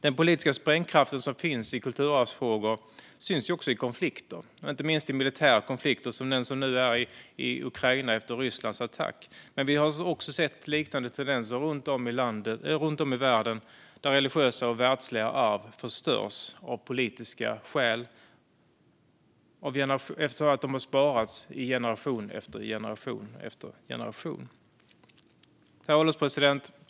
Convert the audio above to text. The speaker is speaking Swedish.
Den politiska sprängkraft som finns i kulturarvsfrågor syns ju också i konflikter - inte minst i militära konflikter, som den vi nu ser i Ukraina efter Rysslands attack. Men vi har sett liknande tendenser runt om i världen, där religiösa och världsliga arv förstörs av politiska skäl efter att ha sparats i generation efter generation. Herr ålderspresident!